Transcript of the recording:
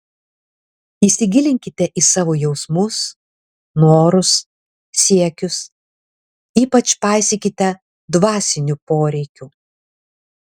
įsigilinkite į savo jausmus norus siekius ypač paisykite dvasinių poreikių